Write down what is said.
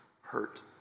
hurt